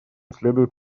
следует